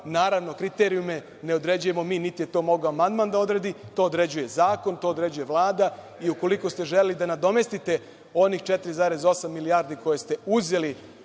naravno, kriterijume ne određujemo mi, niti je to mogao amandman da odredi. To određuje zakon, to određuje Vlada i ukoliko ste želeli da nadomestite onih 4,8 milijardi koje ste uzeli